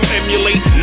emulate